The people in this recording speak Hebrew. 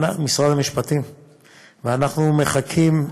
ואנחנו מחכים,